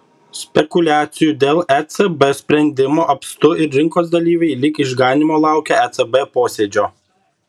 spekuliacijų dėl ecb sprendimo apstu ir rinkos dalyviai lyg išganymo laukia ecb posėdžio